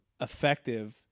effective